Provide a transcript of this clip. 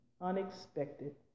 unexpected